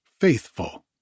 faithful